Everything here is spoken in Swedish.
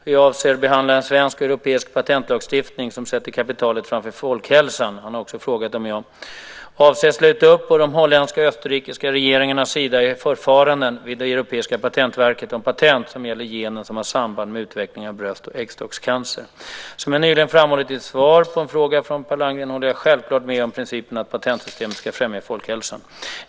Fru talman! Per Landgren har frågat hur jag avser att behandla en svensk och europeisk patentlagstiftning, som sätter kapitalet framför folkhälsan. Han har också frågat om jag avser att sluta upp på de holländska och österrikiska regeringarnas sida i förfaranden vid det europeiska patentverket om patent som gäller genen som har samband med utvecklingen av bröst och äggstockscancer. Som jag nyligen framhållit i ett svar på en fråga från Per Landgren, håller jag självklart med om principen att patentsystemet ska främja folkhälsan.